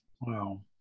Wow